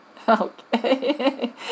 okay